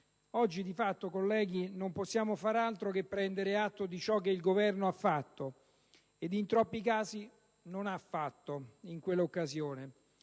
Oggi di fatto, colleghi, non possiamo far altro che prendere atto di ciò che il Governo ha fatto (e in troppi casi non ha fatto) in quella occasione.